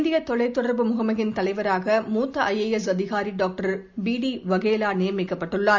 இந்திய தொலைத்தொடர்பு முகமையின் தலைவராக மூத்த று ஏ எஸ் அதிகாரி டாக்டர் பி டி வகேலா நியமிக்கப்பட்டுள்ளார்